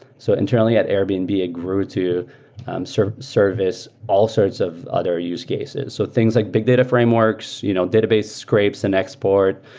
so internally, at airbnb, it ah grew to serve service all sorts of other use cases. so things like big data frameworks, you know database scrapes and export,